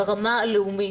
ברמה הלאומית.